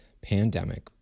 pandemic